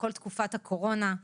בכל תקופת הקורונה.